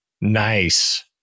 Nice